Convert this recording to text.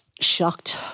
Shocked